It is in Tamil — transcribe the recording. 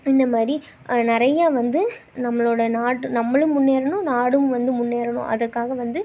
இந்தமாதிரி நிறையா வந்து நம்மளோட நாடு நம்மளும் முன்னேறணும் நாடும் வந்து முன்னேறணும் அதற்காக வந்து